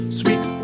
sweet